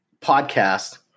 podcast